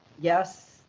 Yes